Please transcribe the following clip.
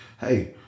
Hey